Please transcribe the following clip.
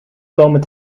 komen